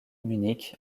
munich